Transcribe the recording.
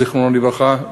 זיכרונו לברכה,